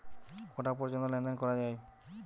কটা পর্যন্ত লেন দেন করা য়ায়?